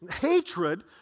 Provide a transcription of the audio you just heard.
Hatred